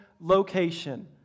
location